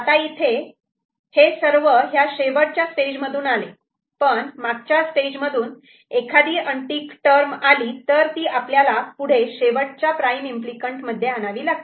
आता इथे हे सर्व ह्या शेवटच्या स्टेज मधून आले पण मागच्या स्टेज मधून एखादी अनटिक टर्म आली तर ती आपल्याला पुढे शेवटच्या प्राईम इम्पली कँट मध्ये आणावी लागते